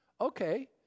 Okay